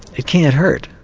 it can't hurt.